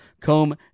comb